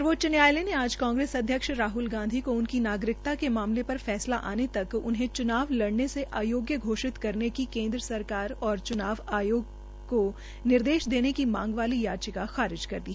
सर्वोच्च न्यायालय ने आज कांग्रेस अध्यक्ष राहल गांधी को नागरिकता के मामले र फैसला आने तक उन्हें च्नाव लड़ने से अयोग्य घोषित करेन को केन्द्र सरकार और च्नाव आयोग को निर्देश देने वाली याचिका याचिका खारिज कर दी